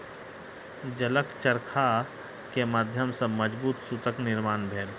जलक चरखा के माध्यम सॅ मजबूत सूतक निर्माण भेल